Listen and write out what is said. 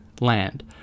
land